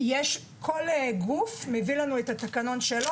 כל גוף מביא לנו את התקנון שלו.